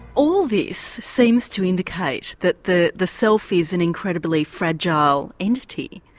all this seems to indicate that the the self is an incredibly fragile entity.